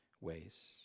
ways